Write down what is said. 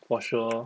for sure